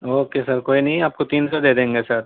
okay sir کوئی نہیں آپ کو تین سو دے دیں گے سر